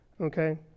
okay